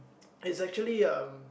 is actually um